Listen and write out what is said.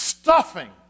stuffing